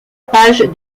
page